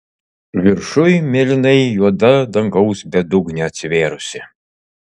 viršuj mėlynai juoda dangaus bedugnė atsivėrusi